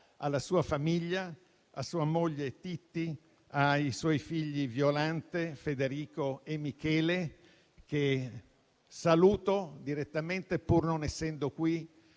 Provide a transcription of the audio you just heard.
alla sua famiglia, a sua moglie Titti, ai suoi figli Violante, Federico e Michele, che saluto direttamente, pur non essendo qui.